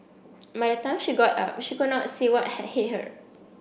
by the time she got up she could not see what had hit her